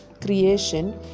creation